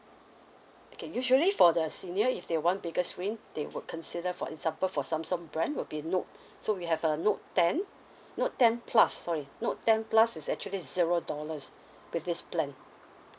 okay usually for the senior if they want bigger screen they will consider for example for Samsung brand will be note so we have a note ten note ten plus sorry note ten plus is actually zero dollars with this plan